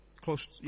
close